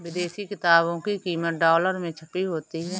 विदेशी किताबों की कीमत डॉलर में छपी होती है